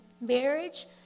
marriage